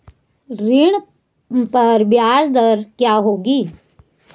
ऋण पर ब्याज दर क्या होगी?